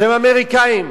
שהם אמריקנים.